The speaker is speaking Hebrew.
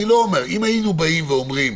אם היינו באים ואומרים: